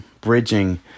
bridging